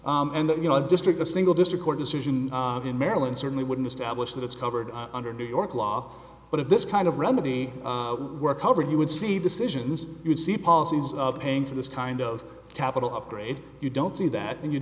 it and that your district a single district court decision in maryland certainly wouldn't establish that it's covered under new york law but if this kind of remedy were covered you would see decisions you would see policies of paying for this kind of capital upgrade you don't see that and you